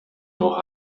noch